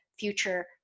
Future